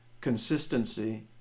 consistency